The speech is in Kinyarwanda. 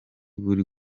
buri